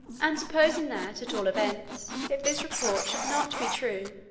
and supposing that, at all events, if this report should not be true,